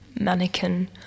mannequin